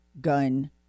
gun